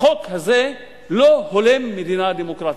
החוק הזה לא הולם מדינה דמוקרטית.